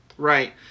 Right